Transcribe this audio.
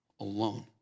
alone